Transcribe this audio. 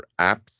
apps